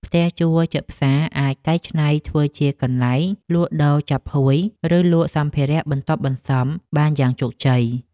ផ្ទះជួលជិតផ្សារអាចកែច្នៃធ្វើជាកន្លែងលក់ដូរចាប់ហួយឬលក់សម្ភារៈបន្ទាប់បន្សំបានយ៉ាងជោគជ័យ។